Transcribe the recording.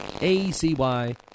a-c-y